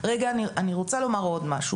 רגע, אני רוצה לומר עוד משהו.